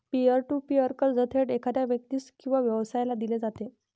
pier to peer कर्ज थेट एखाद्या व्यक्तीस किंवा व्यवसायाला दिले जाते